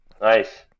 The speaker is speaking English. Nice